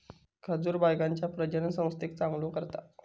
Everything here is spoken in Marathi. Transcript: खजूर बायकांच्या प्रजननसंस्थेक चांगलो करता